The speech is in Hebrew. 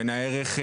בין הערך,